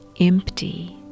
empty